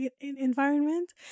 environment